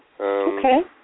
Okay